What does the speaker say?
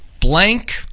Blank